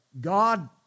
God